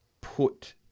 put